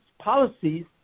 policies